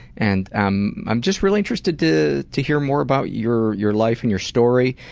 and i'm i'm just really interested to to hear more about your your life and your story.